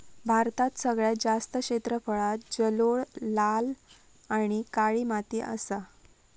भारतात सगळ्यात जास्त क्षेत्रफळांत जलोळ, लाल आणि काळी माती असा